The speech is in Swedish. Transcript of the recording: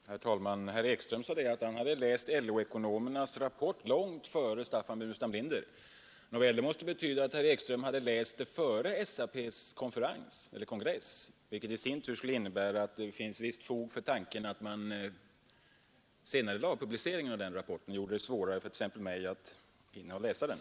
Herr talman! Herr Ekström sade att han läst LO-ekonomernas rapport långt före mig. Det måste betyda att herr Ekström läst rapporten före SAP-kongressen, vilket i sin tur innebär att det finns visst fog för tanken att man senarelade publiceringen av den rapporten och gjorde det svårare inte bara för t.ex. mig att hinna läsa den.